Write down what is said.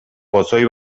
pozoi